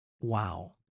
Wow